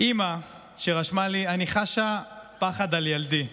אימא שרשמה לי: אני חשה פחד על ילדי.